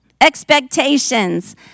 expectations